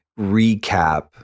recap